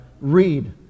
read